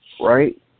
right